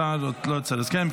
השר לא רוצה לסכם.